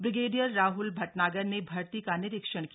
brigadier Rahul Bhatnagar ने अर्ती का निरीक्षण किया